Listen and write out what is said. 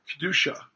Kedusha